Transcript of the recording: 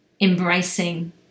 embracing